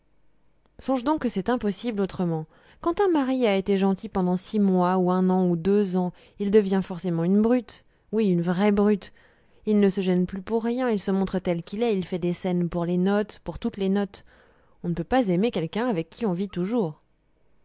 songe donc que c'est impossible autrement quand un mari a été gentil pendant six mois ou un an ou deux ans il devient forcément une brute oui une vraie brute il ne se gêne plus pour rien il se montre tel qu'il est il fait des scènes pour les notes pour toutes les notes on ne peut pas aimer quelqu'un avec qui on vit toujours